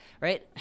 right